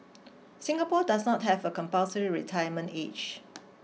Singapore does not have a compulsory retirement age